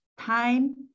time